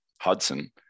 Hudson